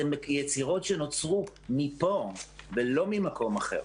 זה יצירות שנוצרו מפה ולא ממקום אחר.